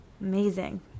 amazing